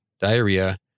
diarrhea